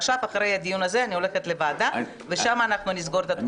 אחרי הדיון הזה אני הולכת לוועדה ושם אנחנו נסגור את התקופה.